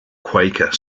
quaker